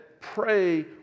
pray